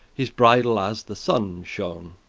his bridle as the sunne shone,